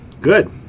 Good